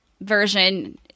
version